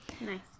Nice